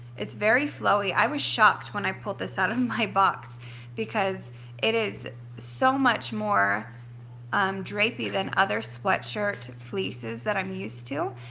it's very flowy. i was shocked when i pulled this out of my box because it is so much more um drapey than other sweatshirt fleeces that i'm used to.